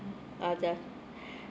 ah the